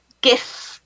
gift